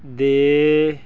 ਦੇ